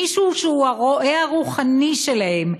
מישהו שהוא הרועה הרוחני שלהם,